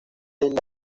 isla